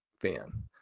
fan